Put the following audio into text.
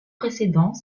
précédent